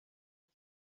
had